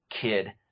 kid